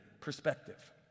perspective